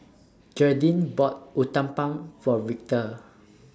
Gearldine bought Uthapam For Victor